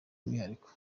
umwihariko